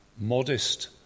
modest